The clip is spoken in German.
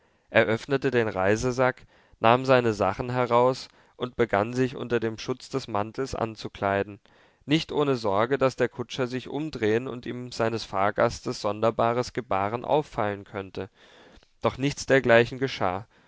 öffnete den reisesack nahm seine sachen heraus und begann sich unter dem schutz des mantels anzukleiden nicht ohne sorge daß der kutscher sich umdrehen und ihm seines fahrgastes sonderbares gebaren auffallen könnte doch nichts dergleichen geschah